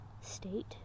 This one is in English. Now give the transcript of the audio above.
state